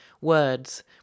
words